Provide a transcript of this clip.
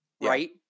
right